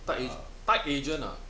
tied agent tied agent ah